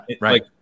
right